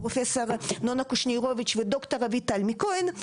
פרופ' נונה קושנירוביץ' וד"ר אביטל כהן.